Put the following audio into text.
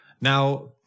Now